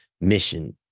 mission